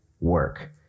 work